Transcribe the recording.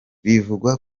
bivugwa